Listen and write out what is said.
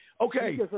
Okay